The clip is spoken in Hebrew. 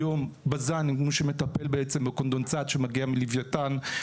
היום בז"ן הוא מי שמטפל בעצם בקונדנסט שמגיע מלווייתן.